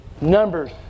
Numbers